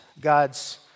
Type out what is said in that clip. God's